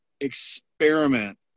experiment